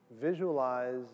visualize